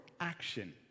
action